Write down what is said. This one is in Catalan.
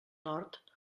nord